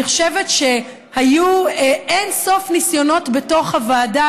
אני חושבת שהיו אין-סוף ניסיונות בתוך הוועדה,